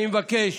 אני מבקש